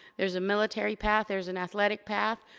there's a military path, there's an athlete path.